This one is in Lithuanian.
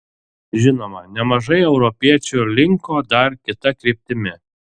žinoma nemažai europiečių linko dar kita kryptimi